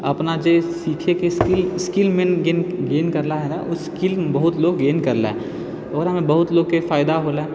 अपना जे सिखैके स्किल स्किल मेन गेन करलाहैँ ओ स्किल बहुत लोक गेन करलक ओकरामे बहुत लोकके फायदा होलै